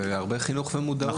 זה הרבה חינוך ומודעות.